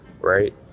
right